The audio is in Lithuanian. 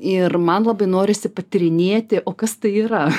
ir man labai norisi patyrinėti o kas tai yra